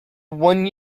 one